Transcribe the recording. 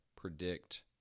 predict